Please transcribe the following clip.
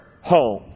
home